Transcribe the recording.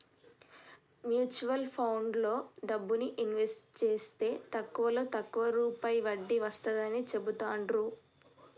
mutual ఫండ్లలో డబ్బుని invest జేస్తే తక్కువలో తక్కువ రూపాయి వడ్డీ వస్తాడని చెబుతాండ్రు